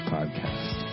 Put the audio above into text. Podcast